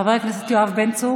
חבר הכנסת יואב בן צור